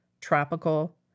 tropical